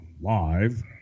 live